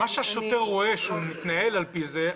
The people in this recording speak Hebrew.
מה שהשוטר רואה שהוא מתנהל על פי זה,